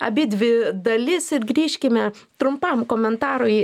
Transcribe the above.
abidvi dalis ir grįžkime trumpam komentarui